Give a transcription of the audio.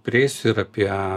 prieisiu ir apie